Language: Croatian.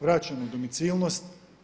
Vraćamo domicilnost.